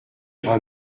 ira